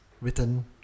written